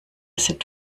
sind